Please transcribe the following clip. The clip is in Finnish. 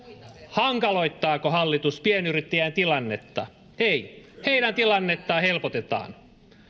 hankaloittaako hallitus pienyrittäjien tilannetta ei heidän tilannettaan helpotetaan